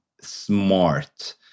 smart